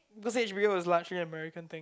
cause H_B_O is largely American thing